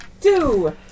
Two